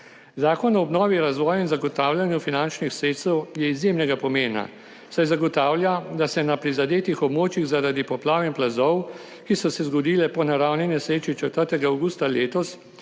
Zakon o obnovi, razvoju in zagotavljanju finančnih sredstev je izjemnega pomena, saj zagotavlja, da se na prizadetih območjih zaradi poplav in plazov, ki so se zgodili po naravni nesreči 4. avgusta letos,